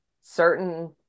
certain